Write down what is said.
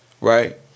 right